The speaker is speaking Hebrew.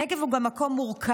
הנגב הוא גם מקום מורכב,